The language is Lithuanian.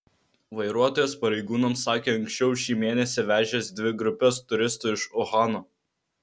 vairuotojas pareigūnams sakė anksčiau šį mėnesį vežęs dvi grupes turistų iš uhano